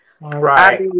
Right